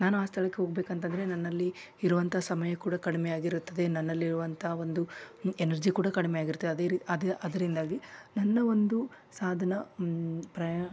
ನಾನು ಆ ಸ್ಥಳಕ್ಕೆ ಹೋಗ್ಬೇಕಂತಂದರೆ ನನ್ನಲ್ಲಿ ಇರುವಂಥ ಸಮಯ ಕೂಡ ಕಡಿಮೆ ಆಗಿರುತ್ತದೆ ನನ್ನಲ್ಲಿರುವಂಥ ಒಂದು ಎನರ್ಜಿ ಕೂಡ ಕಡಿಮೆ ಆಗಿರುತ್ತೆ ಅದೇ ರಿ ಅದರಿಂದಾಗಿ ನನ್ನ ಒಂದು ಸಾಧನ ಪ್ರಯಾ